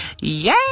yay